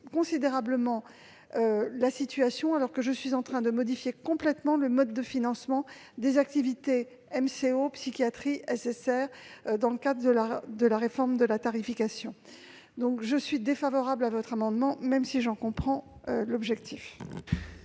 considérablement la situation, alors que je suis en train de modifier complètement le mode de financement des activités de MCO, de psychiatrie et de SSR dans le cadre de la réforme de la tarification. J'émets donc un avis défavorable, même si je comprends l'objectif.